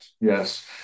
Yes